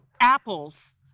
apples